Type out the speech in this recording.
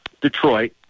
Detroit